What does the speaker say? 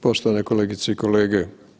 Poštovani kolegice i kolege.